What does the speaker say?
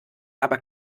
aber